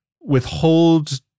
withhold